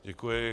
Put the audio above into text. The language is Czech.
Děkuji.